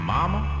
Mama